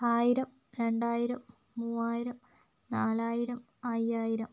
ആയിരം രണ്ടായിരം മൂവായിരം നാലായിരം അയ്യായിരം